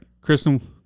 Kristen